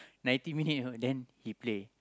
nineteen minute then he play